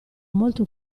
molto